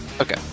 Okay